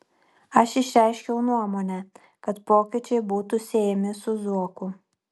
aš išreiškiau nuomonę kad pokyčiai būtų siejami su zuoku